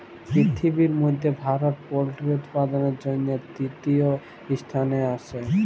পিরথিবির ম্যধে ভারত পোলটিরি উৎপাদনের জ্যনহে তীরতীয় ইসথানে আসে